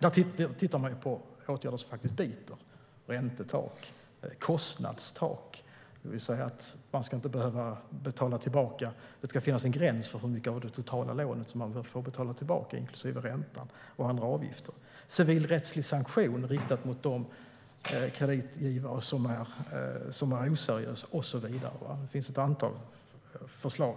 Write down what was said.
Där tittar man på åtgärder som biter, som räntetak och kostnadstak - det ska finnas en gräns för hur mycket av det totala lånet som man måste betala tillbaka inklusive ränta och andra avgifter - och civilrättslig sanktion riktad mot de kreditgivare som är oseriösa. Det finns ett antal